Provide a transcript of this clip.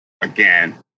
again